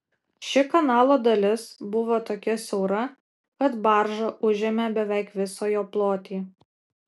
ši kanalo dalis buvo tokia siaura kad barža užėmė beveik visą jo plotį